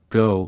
go